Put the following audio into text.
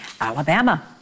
Alabama